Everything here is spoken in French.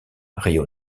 rio